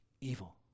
Evil